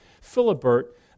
Philibert